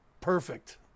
Perfect